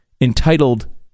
entitled